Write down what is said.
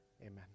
Amen